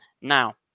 Now